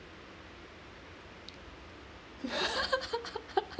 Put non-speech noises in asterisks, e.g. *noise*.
*laughs*